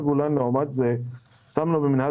לעומתז את ברמת הגולן שמנו במינהל